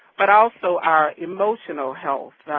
but also our emotional health.